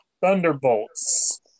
Thunderbolts